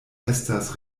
estas